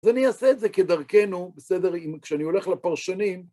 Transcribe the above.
אז אני אעשה את זה כדרכנו, בסדר, כשאני הולך לפרשנים.